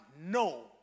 no